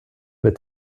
wird